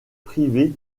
privé